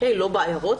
לא בעיירות,